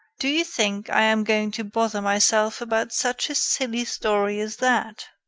do you think i am going to bother myself about such a silly story as that!